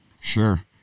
Sure